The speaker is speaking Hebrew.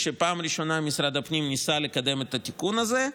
כשבפעם הראשונה משרד הפנים ניסה לקדם את התיקון הזה,